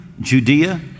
Judea